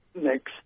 next